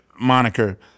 moniker